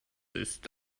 ist